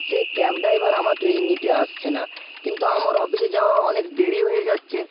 সে cab driver আমাকে নিতে আসছে না কিন্তু আমার অফিসে যাওয়া অনেক দেরি হয়ে যাচ্ছে